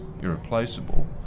irreplaceable